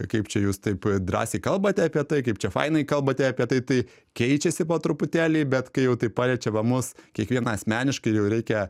kaip čia jūs taip drąsiai kalbate apie tai kaip čia fainai kalbate apie tai tai keičiasi po truputėlį bet kai jau tai paliečia va mus kiekvieną asmeniškai jau reikia